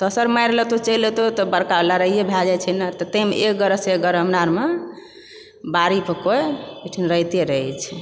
दोसर मारि लेतहुँ चलि एतहुँ तऽ बड़का लड़ाइए भए जाइत छै नऽ तैंमऽ एक गोड़सँ एक गोड़ हमरा अरमऽ बाड़ी पर कोई ओयठाम रहिते रहय छै